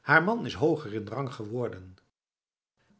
haar man is hoger in rang geworden